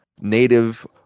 native